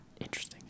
Interesting